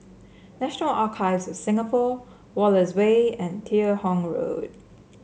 National Archives of Singapore Wallace Way and Teo Hong Road